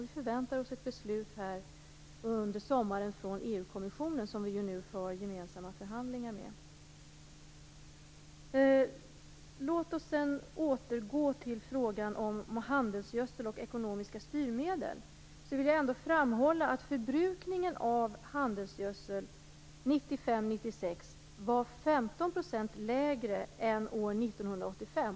Vi förväntar oss ett beslut under sommaren från EU kommissionen, som vi nu för gemensamma förhandlingar med. Låt mig sedan återgå till frågan om handelsgödsel och ekonomiska styrmedel. Jag vill framhålla att förbrukningen av handelsgödsel 1995-1996 var 15 % lägre än år 1985.